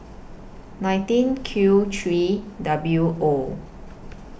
nineteen Q three W O